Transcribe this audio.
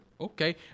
Okay